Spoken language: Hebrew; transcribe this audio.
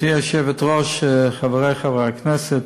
גברתי היושבת-ראש, חברי חברי הכנסת,